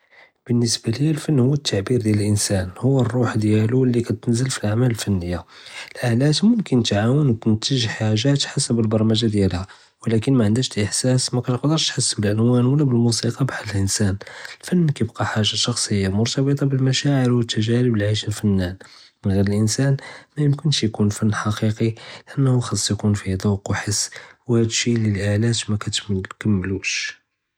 בלנסבה لیا אלפן הוא אלתعبיר ללאנסן, הוא אלרוח דיאלו ולי כתנזל פלאעמאל אלפניא, אלאלות מומכן תעון ותינטג חאגאת עלא חשאב אלברמג'ה דיעלהא, ולקין מענדהא ש إحساس מקיתقدرש תחס בלט מוסיקה בחר אלאנסן, אלפן כיבקא חאלה שרסיה מרתבטה בםמשاعر ואלתגארב לי יעישהא אלפאנן, מן גר אלאנסן מיقدرש ikun פנ חקיقي לאנה חאסו ikun פיה זווק וחש ואלדשי לי אלאלות מקתמלכוש.